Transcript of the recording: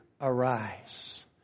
arise